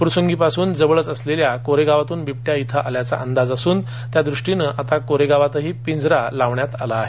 फुरसंगीपासून जवळच असलेल्या कोरेगावातून बिबट्या इथं आल्याचा अंदाज असून त्यादृष्टीनं आता कोरेगावातही पिंजरा लावण्यात आला आहे